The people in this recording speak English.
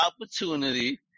opportunity